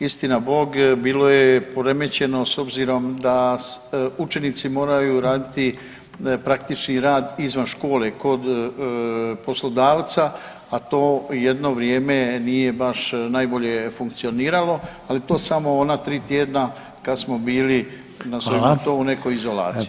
Istina Bog bilo je poremećeno s obzirom da učenici moraju raditi praktični rad izvan škole, kod poslodavca, a to jedno vrijeme nije baš najbolje funkcioniralo, ali to samo ona tri tjedna kad smo bili [[Upadica: Hvala.]] /nerazumljivo/… u nekoj izolaciji.